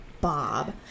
Bob